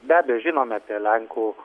be abejo žinome apie lenkų